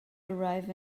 arrive